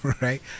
right